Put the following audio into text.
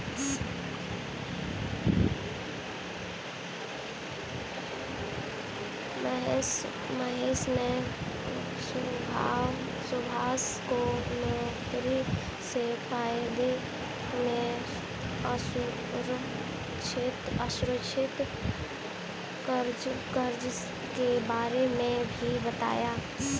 महेश ने सुभाष को नौकरी से फायदे में असुरक्षित कर्ज के बारे में भी बताया